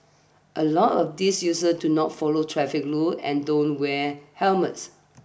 a lot of these user do not follow traffic rules and don't wear helmets